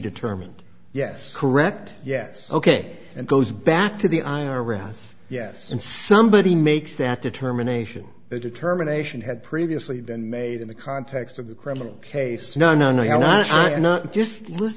determined yes correct yes ok and goes back to the i r s yes and somebody makes that determination the determination had previously been made in the context of the criminal case no no no not not just